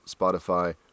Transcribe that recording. Spotify